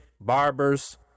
barbers